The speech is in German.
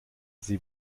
sie